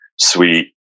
sweet